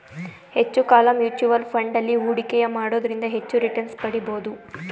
ಹೆಚ್ಚು ಕಾಲ mutual fund ಅಲ್ಲಿ ಹೂಡಿಕೆಯ ಮಾಡೋದ್ರಿಂದ ಹೆಚ್ಚು ರಿಟನ್ಸ್ ಪಡಿಬೋದು